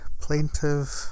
plaintive